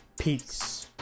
Peace